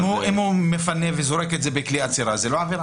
אם הוא מפנה ואז זורק את זה בכלי אצירה אז זאת לא עבירה.